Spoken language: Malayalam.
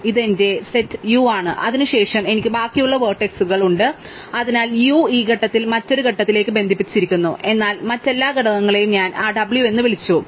അതിനാൽ ഇത് എന്റെ സെറ്റ് U ആണ് അതിനുശേഷം എനിക്ക് ബാക്കിയുള്ള വേർട്ടക്സുകൾ ഉണ്ട് അതിനാൽ U ഈ ഘട്ടത്തിൽ മറ്റൊരു ഘടകത്തിലേക്ക് ബന്ധിപ്പിച്ചിരിക്കുന്നു എന്നാൽ മറ്റെല്ലാ ഘടകങ്ങളെയും ഞാൻ ആ W എന്ന് വിളിച്ചു